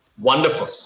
Wonderful